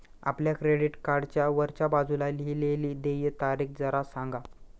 आपल्या क्रेडिट कार्डच्या वरच्या बाजूला लिहिलेली देय तारीख जरा सांगा